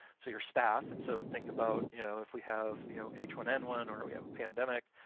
so your staff, and so think about you know if we have you know h one n one or we have a pandemic,